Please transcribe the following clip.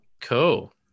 Cool